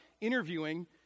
interviewing